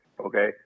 Okay